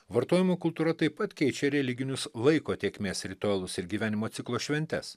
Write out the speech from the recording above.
vartojimo kultūra taip pat keičia religinius laiko tėkmės ritualus ir gyvenimo ciklo šventes